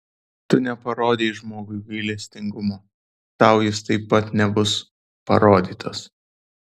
tu neparodei žmogui gailestingumo tau jis taip pat nebus parodytas